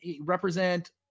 represent